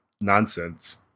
Nonsense